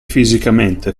fisicamente